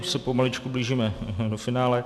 Už se pomaličku blížíme do finále.